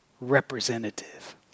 representative